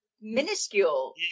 minuscule